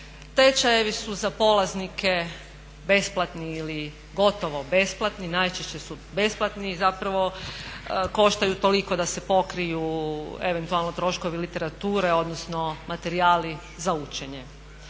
Tečajevi su za polaznike besplatni ili gotovo besplatni, najčešće su besplatni zapravo koštaju toliko da se pokriju eventualno troškovi literaturi odnosno materijali za učenje.